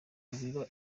aho